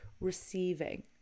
receiving